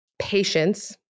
Patience